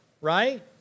Right